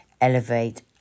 elevate